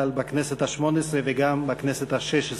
בכנסת השמונה-עשרה וגם בכנסת השש-עשרה.